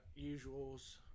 usuals